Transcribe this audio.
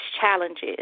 challenges